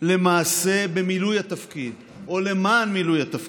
למעשה במילוי התפקיד, או למען מילוי התפקיד.